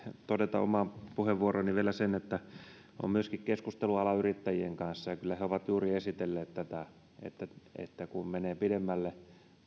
todeta omaan puheenvuorooni liittyen vielä sen että olen myöskin keskustellut alan yrittäjien kanssa ja kyllä he ovat juuri esitelleet tätä että että kun menee pidemmälle